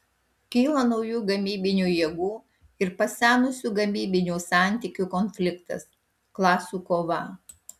kyla naujų gamybinių jėgų ir pasenusių gamybinių santykių konfliktas klasių kova